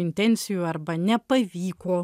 intencijų arba nepavyko